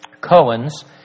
Cohen's